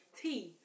tea